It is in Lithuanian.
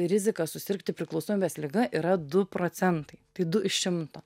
rizika susirgti priklausomybės liga yra du procentai tai du iš šimto